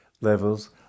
levels